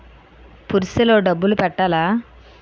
Purse లో డబ్బులు పెట్టలా?